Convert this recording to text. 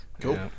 Cool